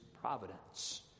providence